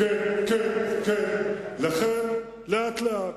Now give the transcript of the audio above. כן, כן, כן, לכן, לאט לאט.